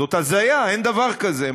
זאת הזיה, אין דבר כזה.